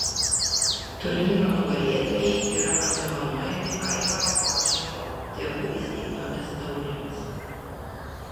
turnyro nugalėtojai yra apdovanojami aivaro balžeko tėvų įsteigtomis taurėmis